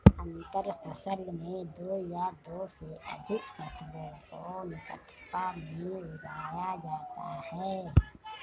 अंतर फसल में दो या दो से अघिक फसलों को निकटता में उगाया जाता है